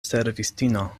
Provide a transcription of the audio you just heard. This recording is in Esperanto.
servistino